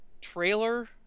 trailer